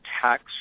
tax